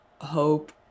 hope